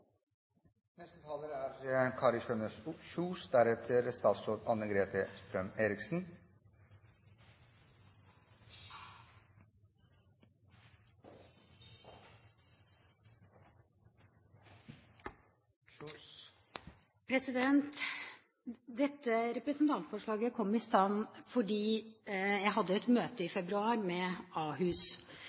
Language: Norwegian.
Dette representantforslaget kom i stand fordi jeg hadde et møte i februar med Ahus.